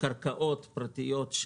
קרקעות פרטיות.